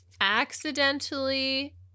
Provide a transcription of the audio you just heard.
accidentally